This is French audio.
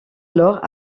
alors